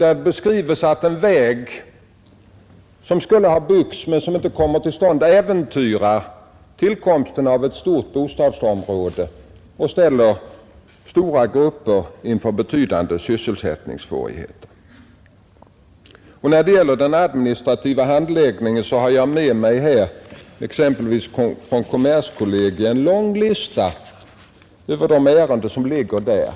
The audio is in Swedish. Där beskrivs bl.a. hur en väg som skulle ha byggts men som nu inte kommer till stånd äventyrar tillkomsten av ett stort bostadsområde och ställer stora grupper inför betydande sysselsättningssvårigheter. När det gäller den administrativa handläggningen har jag t.ex. här en lång lista från kommerskollegium över de ärenden som ligger där.